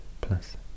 plus